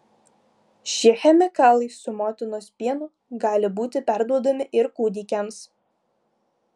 šie chemikalai su motinos pienu gali būti perduodami ir kūdikiams